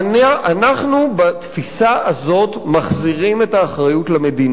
אנחנו בתפיסה הזאת מחזירים את האחריות למדינה.